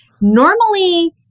normally